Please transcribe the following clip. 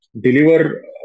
deliver